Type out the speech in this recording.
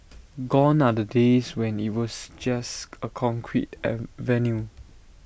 gone are the days when IT was just A concrete an venue